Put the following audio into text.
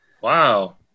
Wow